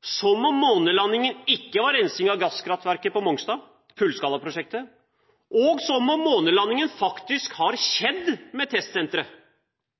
som om månelandingen ikke var rensing av gasskraftverket på Mongstad, fullskalaprosjektet, og som om månelandingen faktisk har skjedd med